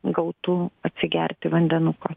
gautų atsigerti vandenuko